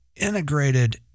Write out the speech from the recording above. integrated